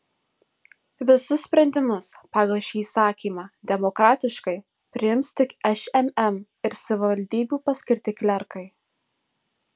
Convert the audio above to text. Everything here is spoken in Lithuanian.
visus sprendimus pagal šį įsakymą demokratiškai priims tik šmm ir savivaldybių paskirti klerkai